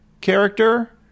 character